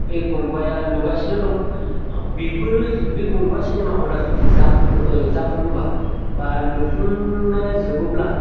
बे गंबाया लुगासिनो दं बेफोरो बे गंबा सिनेमा हला जुदि जाफुङो जाफुङोब्ला बा लुफुंनाया जोबोब्ला